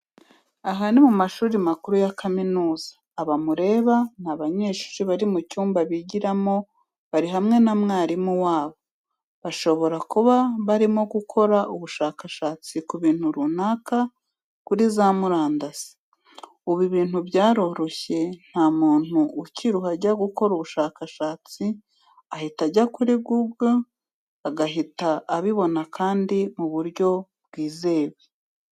Aha ni mu mashuri makuru ya kaminuza, aba mureba ni abanyeshuri bari mu cyumba bigiramo bari hamwe na mwarimu wabo, bashobora kuba barimo gukora ubushakashatsi ku kintu runaka kuri za murandasi. Ubu ibintu byaroroshye nta muntu ukiruha ajya gukora ubushakashatsi, ahita ajya kuri google agahita abibona kandi mu buryo bwizewe.